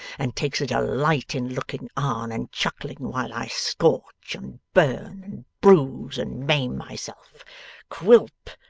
and takes a delight in looking on and chuckling while i scorch, and burn, and bruise, and maim myself quilp,